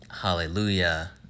Hallelujah